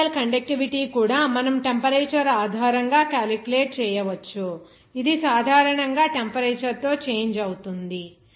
electrolytic conductivity కూడా మనము temperature ఆధారంగా క్యాలిక్యులేట్ చేయవచ్చు ఇది సాధారణంగా టెంపరేచర్ తో చేంజ్ అవుతుంది